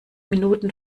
minuten